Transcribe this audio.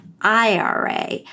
IRA